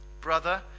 Brother